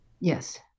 Yes